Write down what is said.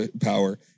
power